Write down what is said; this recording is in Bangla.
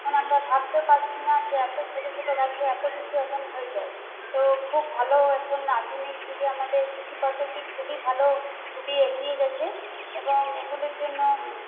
এখন আমরা ভাবতেও পারছিনা যে এতো ছোটো ছোটো গাছে এতো কিছু এখন হয়ে যায় তো খুব ভালো এখন আধুনিক যুগে আমাদের কৃষি পদ্ধতি খুবই ভালো খুবই এগিয়ে গেছে এবং এগুলির জন্য